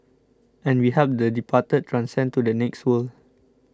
and we help the departed transcend to the next world